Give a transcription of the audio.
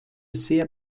sehr